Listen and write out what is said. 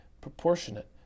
proportionate